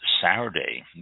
Saturday